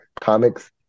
comics